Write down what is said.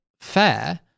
fair